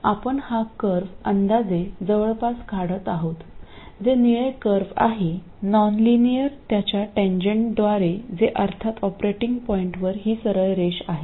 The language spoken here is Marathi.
तर आपण हा कर्व अंदाजे जवळपास काढत आहोत जे निळे कर्व आहे नॉनलिनियर त्याच्या टेंजेन्टद्वारे जे अर्थात ऑपरेटिंग पॉईंटवर ही सरळ रेष आहे